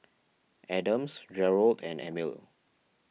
Adams Jerold and Emile